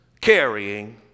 carrying